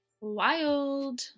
wild